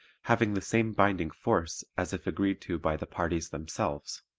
having the same binding force as if agreed to by the parties themselves.